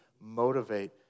motivate